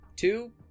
Two